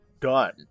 done